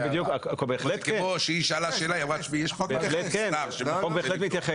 החוק בהחלט מתייחס.